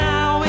Now